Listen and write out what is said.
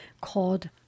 called